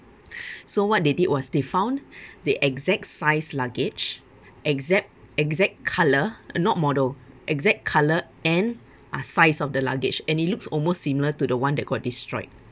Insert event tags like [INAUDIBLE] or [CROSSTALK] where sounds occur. [BREATH] so what they did was they found the exact size luggage exact exact colour not model exact color and uh size of the luggage and it looks almost similar to the one that got destroyed